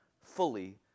Fully